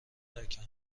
تکم